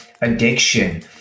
addiction